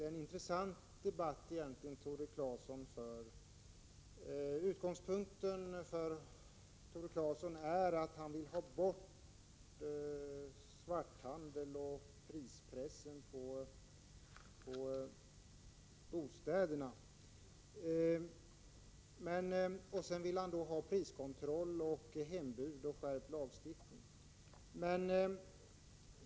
Herr talman! Det är en intressant debatt som Tore Claeson för. Utgångspunkten för honom är att han vill ha bort svarthandel och prispress på bostadsrätter. Vidare vill han få till stånd priskontroll, hembudsskyldighet och skärpt lagstiftning.